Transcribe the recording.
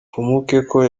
mfumukeko